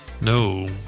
No